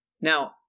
Now